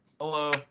hello